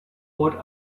what